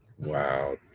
Wow